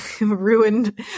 Ruined